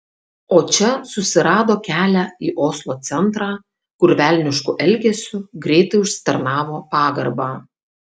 o čia susirado kelią į oslo centrą kur velnišku elgesiu greitai užsitarnavo pagarbą